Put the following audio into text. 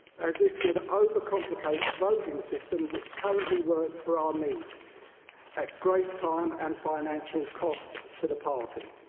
as this would overcomplicate a voting system which currently works for our needs at great time and financial cost to the party.